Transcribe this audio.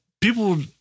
people